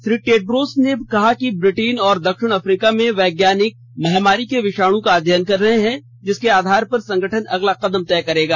Shri Tedros ने कहा कि ब्रिटेन और दक्षिण अफ्रीका में वैज्ञानिक महामारी के विषाणु का अध्ययन कर रहे हैं जिसके आधार पर संगठन अगला कदम तय करेगा